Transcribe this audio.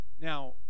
Now